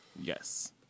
Yes